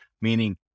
meaning